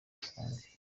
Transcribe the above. isange